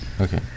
Okay